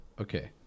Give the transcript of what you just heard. okay